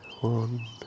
one